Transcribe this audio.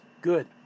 Good